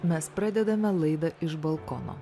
mes pradedame laidą iš balkono